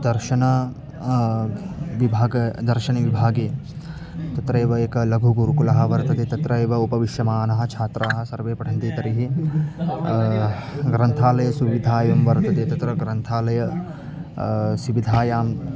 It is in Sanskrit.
दर्शनं विभागः दर्शनविभागे तत्रैव एकः लघुगुरुकुलः वर्तते तत्रैव उपविश्यमाणाः छात्राः सर्वे पठन्ति तर्हि ग्रन्थालयसुविधाः वर्तन्ते तत्र ग्रन्थालयस्य सुविधायाम्